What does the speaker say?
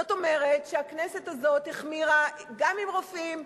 זאת אומרת, הכנסת הזאת החמירה גם בנוגע לרופאים,